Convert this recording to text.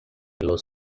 los